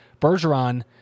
Bergeron